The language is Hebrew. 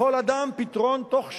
לכל אדם פתרון תוך שנה.